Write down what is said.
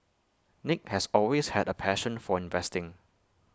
nick has always had A passion for investing